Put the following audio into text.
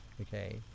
okay